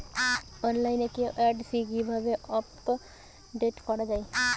অনলাইনে কে.ওয়াই.সি কিভাবে আপডেট করা হয়?